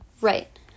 Right